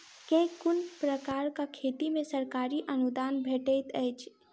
केँ कुन प्रकारक खेती मे सरकारी अनुदान भेटैत अछि?